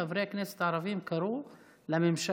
חברי הכנסת הערבים קראו לממשלה,